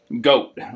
goat